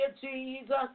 Jesus